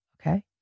Okay